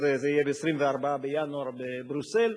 אז זה יהיה ב-24 בינואר בבריסל,